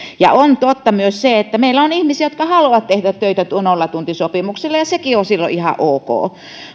on totta myös se että meillä on ihmisiä jotka haluavat tehdä töitä nollatuntisopimuksilla ja sekin on silloin ihan ok